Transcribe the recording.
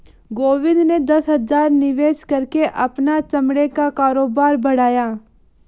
गोविंद ने दस हजार निवेश करके अपना चमड़े का कारोबार बढ़ाया